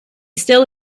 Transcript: still